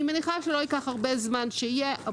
אני מניחה שלא ייקח הרבה זמן שיהיה.